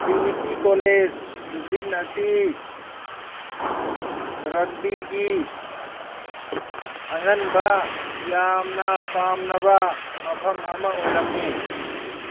Trinity college Dublin ꯑꯁꯤ ꯔꯛꯕꯤꯒꯤ ꯑꯉꯟꯕ ꯌꯥꯝꯅ ꯄꯥꯝꯅꯕ ꯃꯐꯝ ꯑꯃ ꯑꯣꯏꯔꯝꯃꯤ